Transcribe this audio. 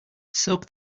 soak